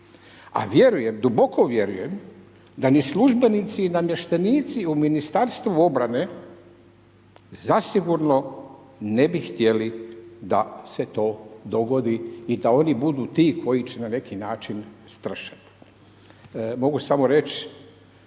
A vjerujem, duboko vjerujem da ni službenici i namještenici u Ministarstvu obrane zasigurno ne bi htjeli da se to dogodi i da oni budu ti koji će na način stršati. Mogu samo reći,